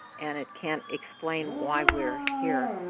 and it can't explain why we're here.